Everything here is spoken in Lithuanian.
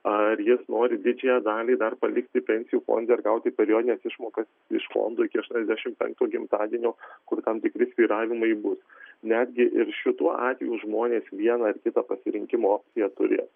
ar jis nori didžiąją dalį dar palikti pensijų fonde ir gauti periodines išmokas iš fondų iki aštuoniasdešimt penkto gimtadienio kur tam tikri svyravimai bus netgi ir šituo atveju žmonės vieną ar kitą pasirinkimo jie turės